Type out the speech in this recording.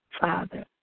Father